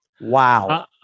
Wow